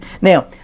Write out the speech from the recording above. Now